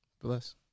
bless